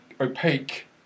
opaque